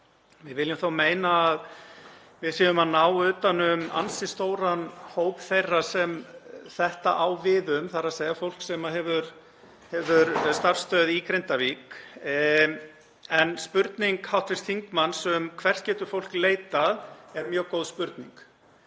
Við viljum þó meina að við séum að ná utan um ansi stóran hóp þeirra sem þetta á við um, þ.e. fólk sem hefur starfsstöð í Grindavík. Spurning hv. þingmanns um hvert fólk geti leitað er mjög góð og